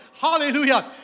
Hallelujah